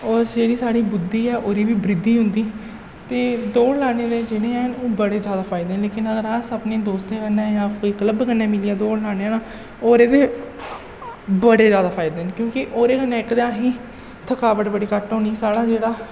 होर जेह्ड़ी साढ़ी बुद्धि ऐ ओह्दी बी बृद्धि होंदी ते दौड़ लाने दे जेह्ड़े हैन ओह् बड़े जैदा फायदे लेकिन अगर अस अपने दोस्तें कन्नै जां कोई कल्ब कन्नै मिलियै दौड़ लान्ने आं ना ओह्दे ते बड़े जैदा फायदे न क्योंकि ओह्दे कन्नै इक ते असें गी थकावट बड़ी घट्ट होनी साढ़ा जेह्ड़ा